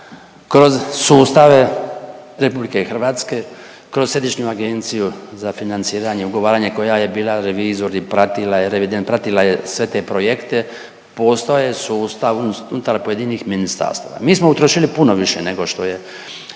kroz sustave RH, kroz Središnju agenciju za financiranje, ugovaranje koja je bila revizor i pratila je revident, pratila sve te projekte postaje sustav unutar pojedini ministarstava. Mi smo utrošili puno više nego što je